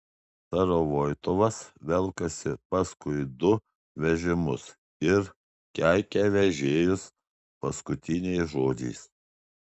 starovoitovas velkasi paskui du vežimus ir keikia vežėjus paskutiniais žodžiais